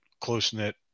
close-knit